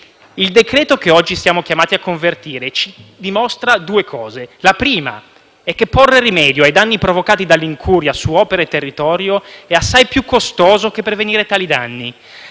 Il decreto-legge che oggi siamo chiamati a convertire ci dimostra due cose. La prima è che porre rimedio ai danni provocati dall’incuria su opere e territorio è assai più costoso che prevenire tali danni.